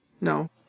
No